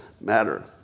matter